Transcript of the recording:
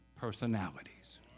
personalities